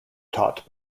taught